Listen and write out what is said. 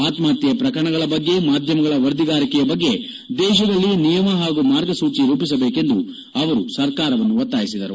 ಅತ್ತಪತ್ನೆ ಪ್ರಕರಣಗಳ ಬಗ್ಗೆ ಮಾಧ್ಯಮಗಳ ವರದಿಗಾರಿಕೆಯ ಬಗ್ಗೆ ದೇಶದಲ್ಲಿ ನಿಯಮ ಪಾಗೂ ಮಾರ್ಗಸೂಜಿ ರೂಪಿಸಬೇಕೆಂದು ಅವರು ಸರ್ಕಾರವನ್ನು ಒತ್ತಾಯಿಸಿದರು